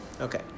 Okay